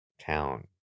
town